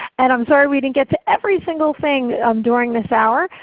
and i'm sorry we didn't get to every single thing um during this hour,